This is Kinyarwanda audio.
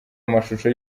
amashusho